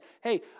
hey